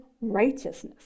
righteousness